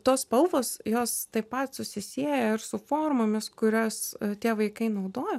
tos spalvos jos taip pat susisieja ir su formomis kurias tie vaikai naudojo